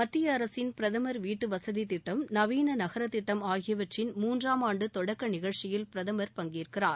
மத்திய அரசின் பிரதமர் வீட்டு வசதி திட்டம் நவீன நகர திட்டம் ஆகியவற்றின் மூன்றாம் ஆண்டு தொடக்க நிகழ்ச்சியில் பிரதமர் பங்கேற்கிறார்